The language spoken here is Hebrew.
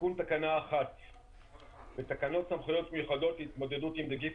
תיקון תקנה 1 בתקנות סמכויות מיוחדות להתמודדות עם נגיף